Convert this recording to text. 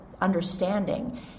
understanding